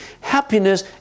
Happiness